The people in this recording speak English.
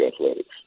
athletics